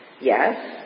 Yes